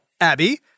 Abby